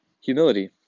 humility